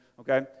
Okay